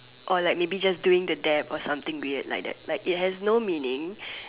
or maybe just doing the dab or something weird like that it has no meaning